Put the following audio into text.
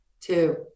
two